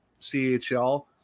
chl